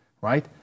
right